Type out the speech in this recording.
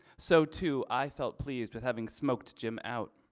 so too, i felt pleased with having smoked jim out.